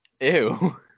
Ew